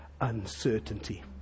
uncertainty